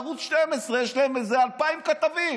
ערוץ 12, יש להם איזה אלפיים כתבים,